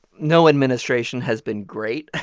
no administration has been great.